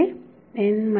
त्यामुळे